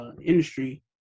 industry